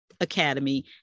academy